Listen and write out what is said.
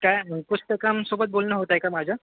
काय अंकुश ककमसोबत बोलणं होतं आहे का माझं